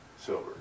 Silver